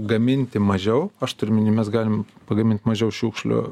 gaminti mažiau aš turiu omeny mes galim pagamint mažiau šiukšlių